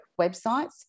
websites